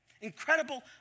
Incredible